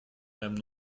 deinem